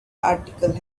articles